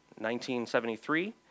1973